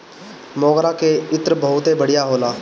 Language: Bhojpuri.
मोगरा के इत्र बहुते बढ़िया होला